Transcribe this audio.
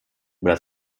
über